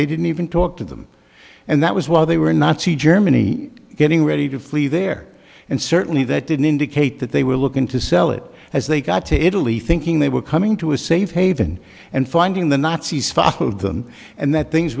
they didn't even talk to them and that was why they were nazi germany getting ready to flee there and certainly that didn't indicate that they were looking to sell it as they got to italy thinking they were coming to a safe haven and finding the nazis followed them and that things